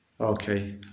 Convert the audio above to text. Okay